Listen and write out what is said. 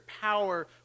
power